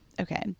Okay